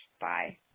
Bye